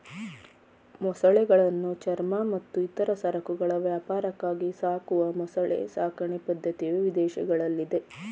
ಮೊಸಳೆಗಳನ್ನು ಚರ್ಮ ಮತ್ತು ಇತರ ಸರಕುಗಳ ವ್ಯಾಪಾರಕ್ಕಾಗಿ ಸಾಕುವ ಮೊಸಳೆ ಸಾಕಣೆ ಪದ್ಧತಿಯು ವಿದೇಶಗಳಲ್ಲಿದೆ